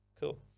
Cool